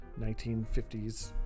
1950s